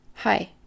Hi